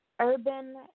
urban